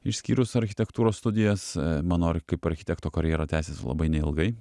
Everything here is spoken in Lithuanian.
išskyrus architektūros studijas mano kaip architekto karjera tęsėsi labai neilgai